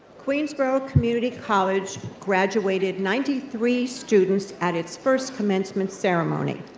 queensborough community college graduated ninety three students at its first commencement ceremony.